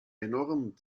enorm